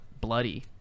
bloody